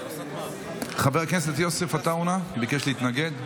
חבר הכנסת יוסף עטאונה ביקש להתנגד.